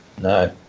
No